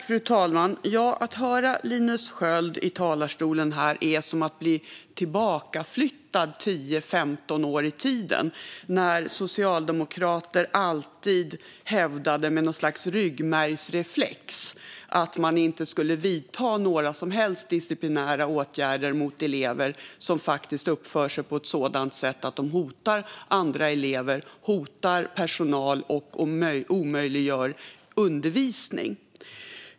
Fru talman! Att höra Linus Sköld här är som att bli flyttad 10-15 år tillbaka i tiden, när socialdemokrater alltid hävdade med något slags ryggmärgsreflex att man inte ska vidta några som helst disciplinära åtgärder mot elever som uppför sig på ett sådant sätt att de hotar andra elever, hotar personal och omöjliggör undervisning.